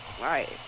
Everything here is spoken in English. Right